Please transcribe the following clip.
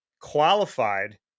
qualified